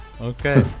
Okay